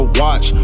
watch